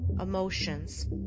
emotions